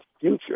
future